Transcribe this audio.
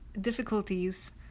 difficulties